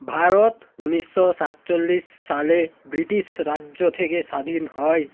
ভারত উনিশশো সাতচল্লিশ সালে ব্রিটিশ রাজ্য থেকে স্বাধীন হয়